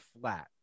flat